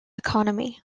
economy